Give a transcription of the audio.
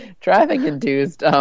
traffic-induced